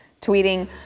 tweeting